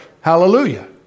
Hallelujah